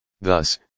Thus